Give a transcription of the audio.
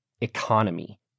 economy